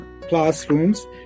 classrooms